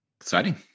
Exciting